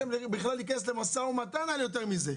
בכלל להיכנס למשא ומתן על יותר מזה.